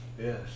yes